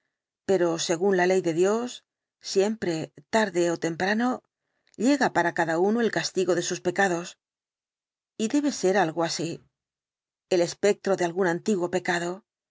pero según la ley de dios siempre tarde ó temprano llega para cada uno el castigo de sus pecados y debe ser algo así el espectro de algún antiguo pecado